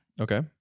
Okay